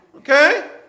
Okay